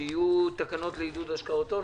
שיהיו תקנות לעידוד השקעות הון,